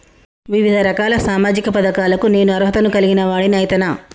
వివిధ రకాల సామాజిక పథకాలకు నేను అర్హత ను కలిగిన వాడిని అయితనా?